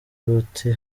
uti